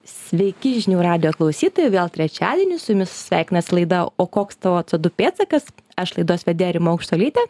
sveiki žinių radijo klausytojai vėl trečiadienis su jumis sveikinasi laida o koks tavo cė du pėdsakas aš laidos vedėja rima aukštuolytė